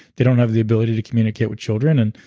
they don't have the ability to communicate with children, and